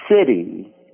city